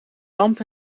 lamp